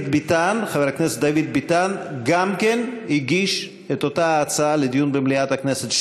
חבר הכנסת דוד ביטן גם כן הגיש את אותה הצעה לדיון במליאת הכנסת.